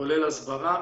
כולל הסברה,